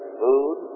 food